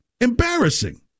Embarrassing